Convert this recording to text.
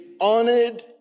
honored